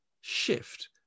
shift